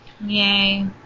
Yay